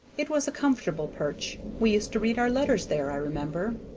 it was a comfortable perch we used to read our letters there, i remember.